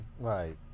Right